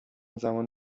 زمان